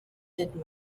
did